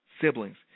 siblings